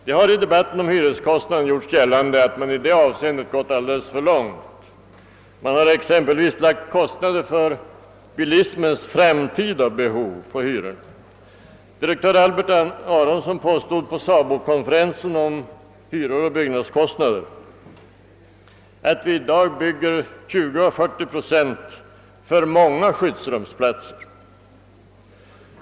Det har i debatten om hyreskostnaden gjorts gällande att man i det avseendet gått alldeles för långt; man har exempelvis lagt kostnader för bilismens framtida behov på hyrorna. Direktör Albert Aronson påstod på SABO-konferensen om byggkostnader och hyror att vi i dag bygger 20—40 procent för många skyddsrumsplatser.